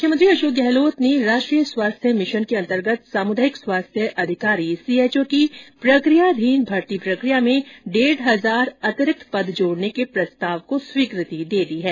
मुख्यमंत्री अशोक गहलोत ने राष्ट्रीय स्वास्थ्य मिशन एनएचएम के अंतर्गत सामुदायिक स्वास्थ्य अधिकारी सीएचओ की प्रक्रियाधीन भर्ती प्रक्रिया में डेढ़ हजार अतिरिक्त पद जोड़ने के प्रस्ताव को स्वीकृति दी है